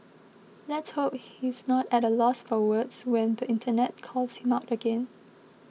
let's hope he's not at a loss for words when the internet calls him out again